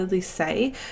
say